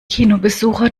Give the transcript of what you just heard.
kinobesucher